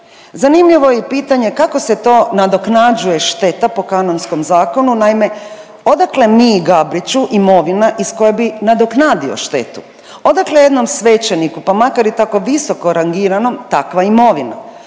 Zanimljivo je i pitanje kako se to nadoknađuje šteta po kanonskom zakonu? Naime, odakle Miji Gabriću imovina iz koje bi nadoknadio štetu? Odakle jednom svećeniku pa makar i tako visoko rangiranom takva imovina?